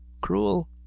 cruel